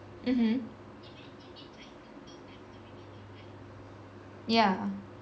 mmhmm yeah